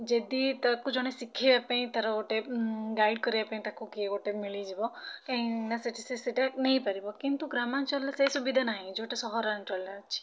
ଯଦି ତାକୁ ଜଣେ ଶିଖେଇବା ପାଇଁ ତା'ର ଗୋଟେ ଗାଇଡ଼୍ କରିବାପାଇଁ ତାକୁ କିଏ ଗୋଟେ ମିଳିଯିବ କାହିଁକିନା ସେଠି ସେ ସେଟା ନେଇପାରିବ କିନ୍ତୁ ଗ୍ରାମାଞ୍ଚଳରେ ସେ ସୁବିଧା ନାହିଁ ଯୋଉଟା ସହରାଞ୍ଚଳରେ ଅଛି